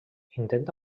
intenta